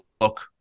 look